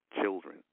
children